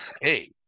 hey